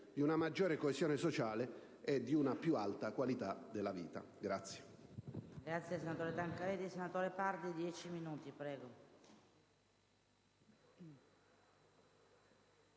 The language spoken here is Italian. di una maggiore coesione sociale e una più alta qualità di vita.